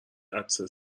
عطسه